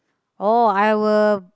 oh I will